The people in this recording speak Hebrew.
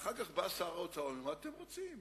ואחר כך בא שר האוצר ואומר: מה אתם רוצים?